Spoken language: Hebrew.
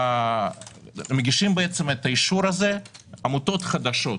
מגישים את האישור הזה עמותות חדשות,